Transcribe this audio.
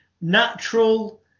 natural